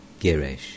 Girish